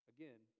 Again